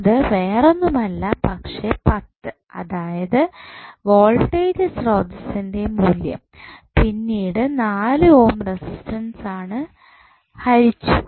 അത് വേറൊന്നുമല്ല പക്ഷേ 10 അതായത് വോൾട്ടേജ് സ്രോതസ്സിന്റെ മൂല്യം പിന്നീട് നമ്മൾ 4 ഓം റെസിസ്റ്റൻസാണ് ഹരിച്ചു